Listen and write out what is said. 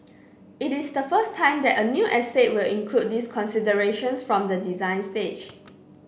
it is the first time that a new estate will include these considerations from the design stage